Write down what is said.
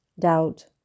doubt